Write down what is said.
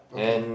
okay